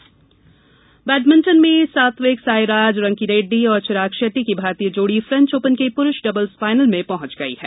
badminton badminton में सात्विक साईराज रंकीरेड्डी और चिराग शेट्टी की भारतीय जोड़ी फ्रेंच ओपन के पुरुष डबल्स फाइनल में पहुंच गई है